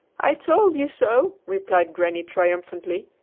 i told you so, replied granny triumphantly.